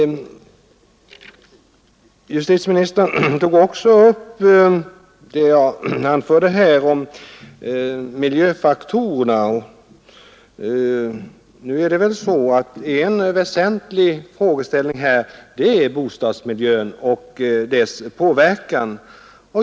Justitieministern tog också upp vad jag anförde här om miljöfaktorerna. En väsentlig fråga i detta sammanhang är bostadsmiljöns inverkan.